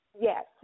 Yes